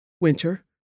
Winter